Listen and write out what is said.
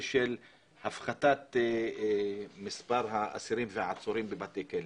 להפחתת מספר האסירים והעצורים בבתי כלא?